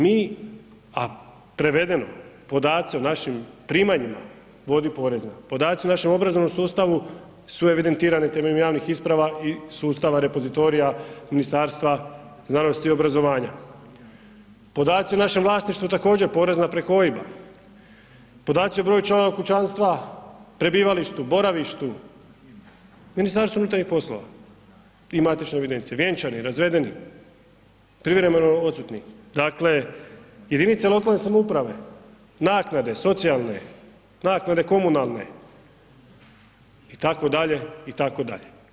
Mi, a prevedeno, podaci o našim primanjima vodi porezna, podaci u našem obrazovnom sustavu su evidentirani temeljem javnih isprava i sustava repozitorija Ministarstva znanosti i obrazovanja, podaci o našem vlasništvu također porezna preko OIB-a, podaci o broju članova kućanstva, prebivalištu, boravištu, MUP i matične evidencije, vjenčani, razvedeni, privremeno odsutni, dakle jedinice lokalne samouprave, naknade socijalne, naknade komunalne itd. itd.